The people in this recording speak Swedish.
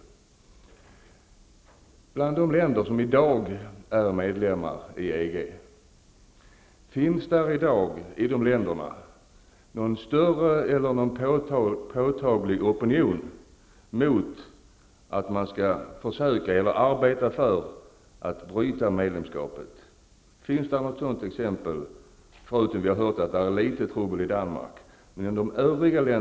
Finns det bland de länder som i dag är medlemmar i EG någon påtaglig opinion för att bryta medlemskapet? Finns det något exempel -- förutom att vi har hört att där är litet trubbel i Danmark?